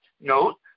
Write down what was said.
Note